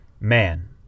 Man